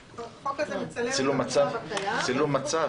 שבעצם החוק הזה מצלם את המצב הקיים -- צילום מצב?